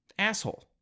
asshole